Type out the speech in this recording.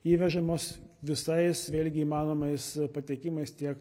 įvežamos visais vėlgi įmanomais patekimas tiek